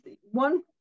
one